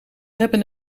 hebben